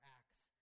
acts